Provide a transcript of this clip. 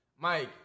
Mike